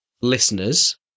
listeners